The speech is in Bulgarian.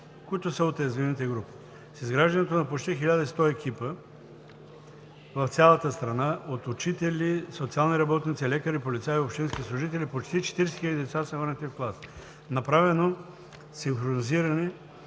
които са от уязвими групи. С изграждането на почти 1100 екипа в цялата страна от учители, социални работници, лекари, полицаи и общински служители, почти 40 хиляди деца са върнати в клас. Направено е синхронизиране